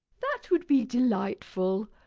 that would be delightful.